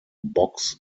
box